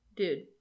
Dude